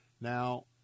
Now